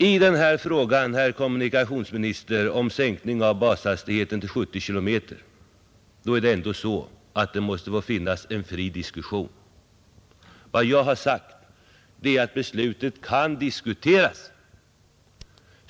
I fråga om sänkning av bashastigheten till 70 km måste det ändå tillåtas en fri diskussion. Vad jag har sagt är att beslutet kan diskuteras.